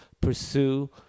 pursue